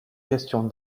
questions